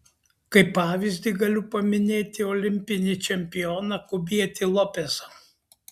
kaip pavyzdį galiu paminėti olimpinį čempioną kubietį lopezą